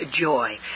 joy